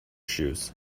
shoes